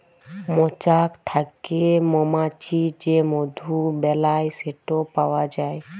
মচাক থ্যাকে মমাছি যে মধু বেলায় সেট পাউয়া যায়